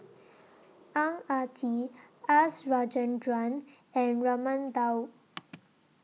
Ang Ah Tee S Rajendran and Raman Daud